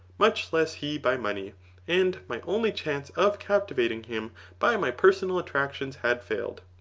much less he by money and my only chance of captivating him by my personal attractions had failed.